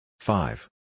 Five